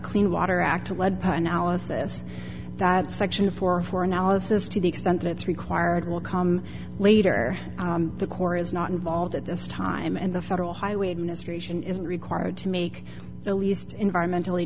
clean water act a lead analysis that section four for analysis to the extent that it's required will come later the corps is not involved at this time and the federal highway administration isn't required to make the least environmentally